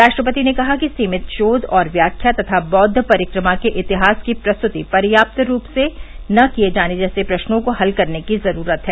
राष्ट्रपति ने कहा कि सीमित शोव और व्याख्या तथा बौद्ध परिक्रमा के इतिहास की प्रस्तुति पर्याप्त रूप से न किये जाने जैसे प्रस्नों को हल करने की जरूरत है